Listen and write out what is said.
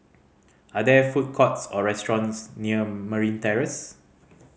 are there food courts or restaurants near Marine Terrace